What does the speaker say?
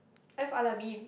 I've Al-Amin